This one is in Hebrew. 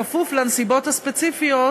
בכפוף לנסיבות הספציפיות